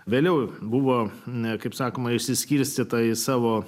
vėliau buvo ne kaip sakoma išsiskirstyta į savo